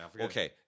Okay